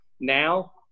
now